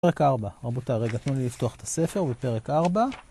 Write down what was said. פרק 4 רבותי, רגע תנו לי לפתוח את הספר בפרק 4